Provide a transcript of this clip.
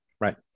Right